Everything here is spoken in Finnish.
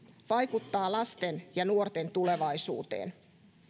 vaikuttaa lasten ja nuorten tulevaisuuteen